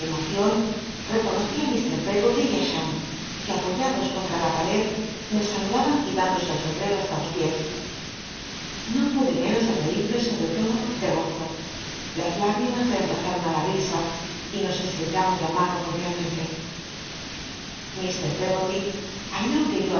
reconocí á lh peggoly y ü cham que apoyados contra la pared me saludaban quitándose el sombtero hasta los piés no pude menos de reírme sobre todo de gozo las lágrimas reemplazaron á la risa y nos esttechamos la mano cotdialmenlc lir peggoty halló que